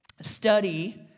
Study